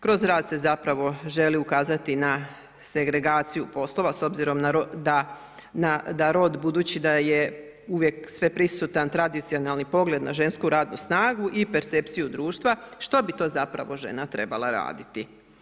Kroz rad se zapravo želi ukazati na segregaciju poslova s obzirom da rod budući da je uvijek sveprisutan, tradicionalni pogled na žensku radnu snagu i percepciju društva što bi to zapravo žena trebala raditi.